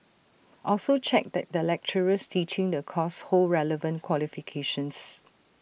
also check that the lecturers teaching the course hold relevant qualifications